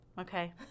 Okay